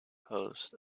post